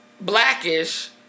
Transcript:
blackish